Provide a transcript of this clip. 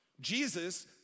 Jesus